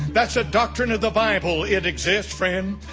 that's a doctrine of the bible. it exists, friend.